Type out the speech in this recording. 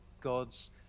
God's